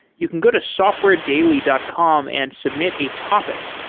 you can go to softwaredaily dot com and submit a topic.